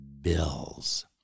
bills